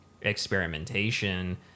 experimentation